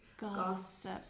Gossip